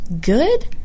good